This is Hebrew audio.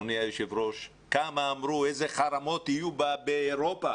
כמה דברו על חרמות שיהיו באירופה.